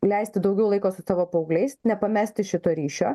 leisti daugiau laiko su savo paaugliais nepamesti šito ryšio